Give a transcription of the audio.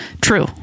true